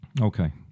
Okay